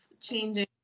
changing